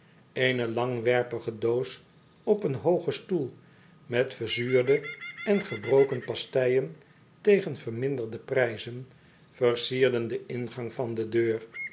eene langwerpige doos op een hoogen stoel met verzuurde en gebroken pasteien tegen verminderde prijzen versierde den ingang van de deur